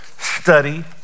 Study